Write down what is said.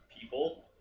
people